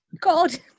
God